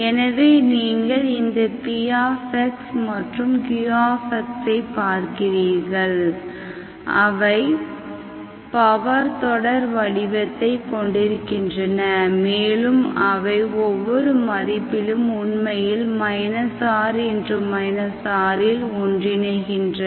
எனவே நீங்கள் இந்த px மற்றும் qxஐப் பார்க்கிறீர்கள் அவை பவர் தொடர் வடிவத்தை கொண்டிருக்கின்றன மேலும் அவை ஒவ்வொரு மதிப்பிலும் உண்மையில் r r இல் ஒன்றிணைகின்றன